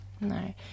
No